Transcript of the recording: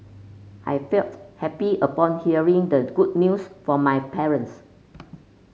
I felt happy upon hearing the good news from my parents